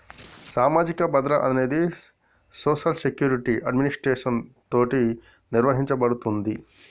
సామాజిక భద్రత అనేది సోషల్ సెక్యురిటి అడ్మినిస్ట్రేషన్ తోటి నిర్వహించబడుతుంది